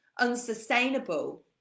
unsustainable